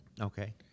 Okay